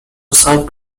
served